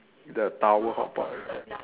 the tower hotpot